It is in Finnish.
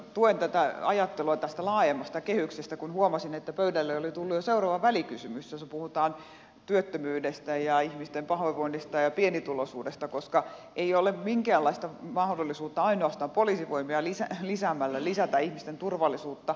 tuen tätä ajattelua tästä laajemmasta kehyksestä huomasin että pöydälle oli tullut jo seuraava välikysymys jossa puhutaan työttömyydestä ja ihmisten pahoinvoinnista ja pienituloisuudesta koska ei ole minkäänlaista mahdollisuutta ainoastaan poliisivoimia lisäämällä lisätä ihmisten turvallisuutta